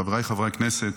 חבריי חברי הכנסת,